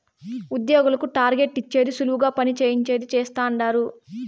ఉద్యోగులకు టార్గెట్ ఇచ్చేది సులువుగా పని చేయించేది చేస్తండారు